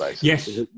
Yes